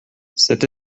cette